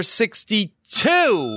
sixty-two